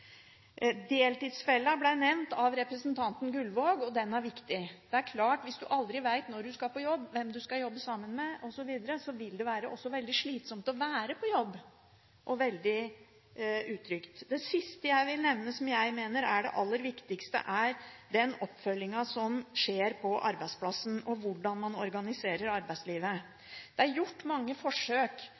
Deltidsfella ble nevnt av representanten Gullvåg, og den er viktig. Det er klart at hvis du aldri vet når du skal på jobb, hvem du skal jobbe sammen med osv., vil det også være veldig slitsomt og utrygt å være på jobb. Det siste jeg vil nevne, som jeg mener er det aller viktigste, er den oppfølgingen som skjer på arbeidsplassen, og hvordan man organiserer arbeidslivet. Det er gjort mange forsøk